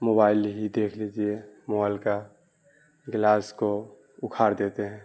mobile ہی دیکھ لیجیے موائل کا گلاس کو اکھاڑ دیتے ہیں